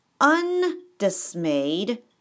undismayed